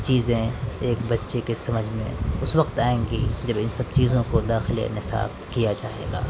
چیزیں ایک بچے کے سمجھ میں اس وقت آئیں گی جب ان سب چیزوں کو داخل نصاب کیا جائے گا